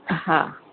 हा